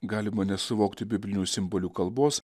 galima nesuvokti biblinių simbolių kalbos